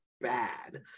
bad